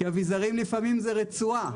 כי אביזרים לפעמים זה רצועה,